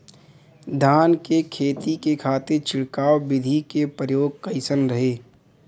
धान के खेती के खातीर छिड़काव विधी के प्रयोग कइसन रही?